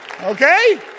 Okay